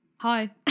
Hi